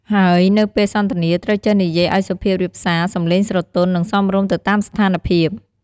ហើយនៅពេលសន្ទនាត្រូវចេះនិយាយឲ្យសុភាពរាបសា សម្លេងស្រទន់ និងសមរម្យទៅតាមស្ថានភាព។